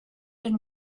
and